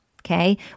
okay